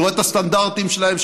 אני רואה את הסטנדרטים שלהן,